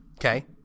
okay